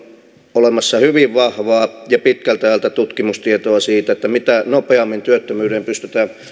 olemassa pitkältä ajalta hyvin vahvaa tutkimustietoa siitä että mitä nopeammin työttömyyteen pystytään